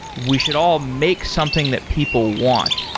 we should all make something that people want.